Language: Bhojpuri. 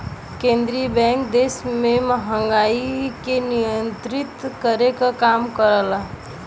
केंद्रीय बैंक देश में महंगाई के नियंत्रित करे क काम करला